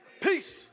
Peace